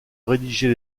rédiger